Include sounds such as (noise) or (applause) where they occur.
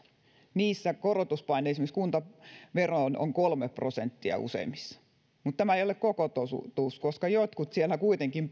niissä esimerkiksi korotuspaine kuntaveroon on kolme prosenttia useimmissa mutta tämä ei ole koko totuus koska jotkut siellä kuitenkin (unintelligible)